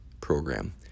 program